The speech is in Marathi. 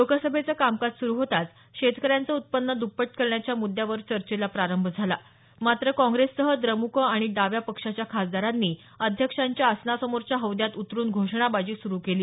लोकसभेचं कामकाज सुरू होताच शेतकऱ्यांचं उत्पन्न द्पपट करण्याच्या मुद्यावर चर्चेला प्रारंभ झाला मात्र काँप्रेससह द्रमुक आणि डाव्या पक्षांच्या खासदारांनी अध्यक्षांच्या आसनासमोरच्या हौद्यात उतरून घोषणाबाजी सुरू केली